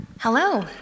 Hello